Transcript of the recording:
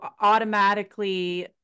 automatically